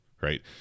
right